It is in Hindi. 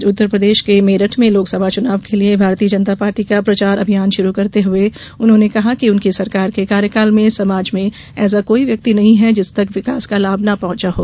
आज उत्तरप्रदेश के मेरठ में लोकसभा चुनाव के लिये भारतीय जनता पार्टी का प्रचार अभियान शुरू करते हुए उन्होंने कहा कि उनकी सरकार के कार्यकाल में समाज में ऐसा कोई व्यक्ति नहीं है जिस तक विकास का लाभ न पहुंचा हो